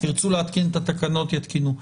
ירצו להתקין את התקנות, יתקינו.